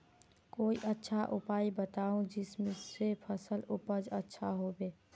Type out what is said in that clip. कोई अच्छा उपाय बताऊं जिससे फसल उपज अच्छा होबे